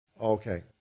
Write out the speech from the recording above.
Okay